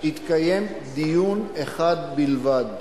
התקיים דיון אחד בלבד.